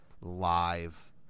live